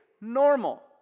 normal